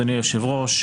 אדוני היושב ראש,